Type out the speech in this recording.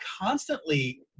constantly